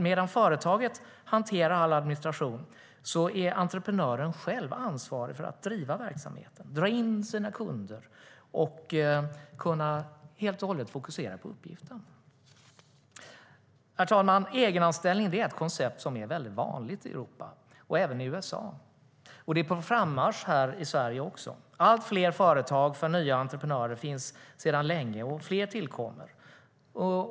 Medan företaget hanterar all administration är entreprenören själv ansvarig för att driva verksamheten, skaffa sig sina kunder och helt och hållet kunna fokusera på uppgiften. Herr talman! Egenanställning är ett koncept som är väldigt vanligt i Europa och även i USA. Det är på frammarsch här i Sverige. Flera företag för nya entreprenörer finns sedan länge, och allt fler tillkommer.